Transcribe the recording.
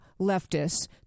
leftists